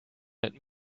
let